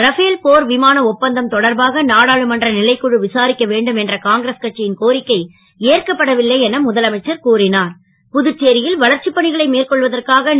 Rafale போர் விமான ஒப்பந்தம் தொடர்பாக நாடாளுமன்ற நிலைக் குழு விசாரிக்க வேண்டும் என்ற காங்கிரஸ் கட்சியின் கோரிக்கை ஏற்கப்படவில்லை என முதலமைச்சர் புதுச்சேரியில் வளர்ச்சிப் பணிகளை மேற்கொள்வதற்காக கூறினார்